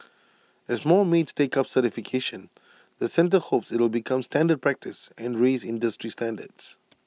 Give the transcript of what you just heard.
as more maids take up certification the centre hopes IT will become standard practice and raise industry standards